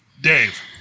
Dave